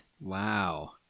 Wow